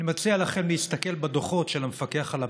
אני מציע לכם להסתכל בדוחות של המפקח על הביטוח.